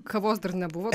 kavos dar nebuvo